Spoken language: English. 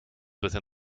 within